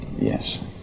Yes